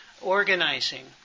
organizing